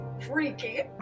freaky